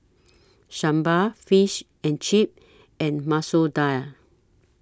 Sambar Fish and Chips and Masoor Dal